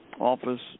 office